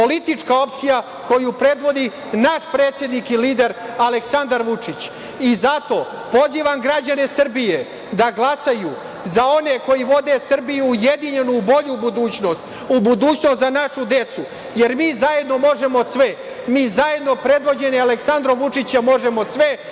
politička opcija koju predvodi naš predsednik i lider Aleksandar Vučić. Zato, pozivam građane Srbije da glasaju za one koji vode Srbiju ujedinjenu u bolju budućnost, u budućnost za našu decu, jer mi zajedno možemo sve, mi zajedno predvođeni Aleksandrom Vučićem možemo